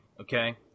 okay